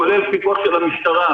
כולל פיקוח של המשטרה,